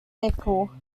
mickle